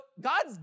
God's